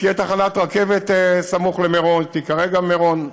ותהיה תחנת רכבת סמוך למירון, שתיקרא גם מירון,